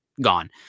gone